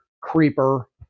creeper